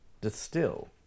distill